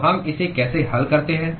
तो हम इसे कैसे हल करते हैं